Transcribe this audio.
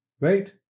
Right